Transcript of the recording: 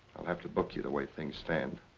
i'll have to book you the way things stand.